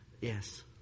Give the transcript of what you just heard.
Yes